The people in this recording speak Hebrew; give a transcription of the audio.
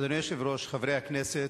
אדוני היושב-ראש, חברי הכנסת,